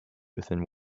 within